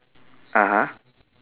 (uh huh)